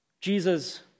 Jesus